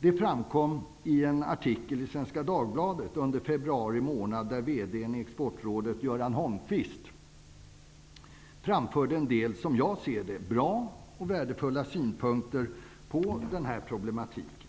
VD:n vid Sveriges exportråd har. I en artikel i Svenska Dagbladet under februari månad framförde VD:n i Exportrådet Göran Holmquist en del, som jag ser det, bra och värdefulla synpunkter på den här problematiken.